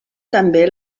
també